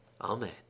Amen